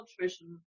Nutrition